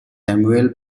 samuel